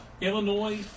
Illinois